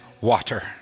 water